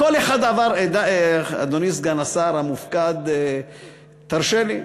כל אחד עבר, אדוני סגן השר המופקד, תרשה לי.